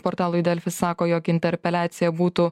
portalui delfi sako jog interpeliacija būtų